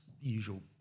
usual